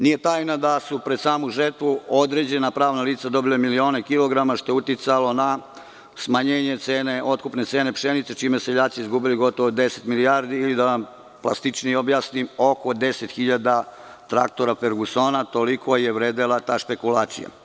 Nije tajna da su pred samu žetvu određena pravna lica dobila milione kilograma, što je uticalo na smanjenje otkupne cene pšenice, čime su seljaci izgubili gotovo 10 milijardi, ili, da vam plastičnije objasnim, oko 10 hiljada traktora „Fergusona“, toliko je vredela ta spekulacija.